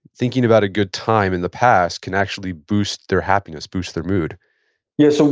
thinking about a good time in the past can actually boost their happiness, boost their mood yeah. so